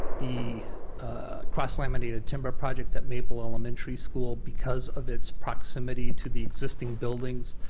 the cross laminated timber project at maple elementary school because of its proximity to the existing buildings,